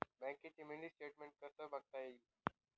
बँकेचं mini statement कसं बघता येईल?